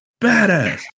badass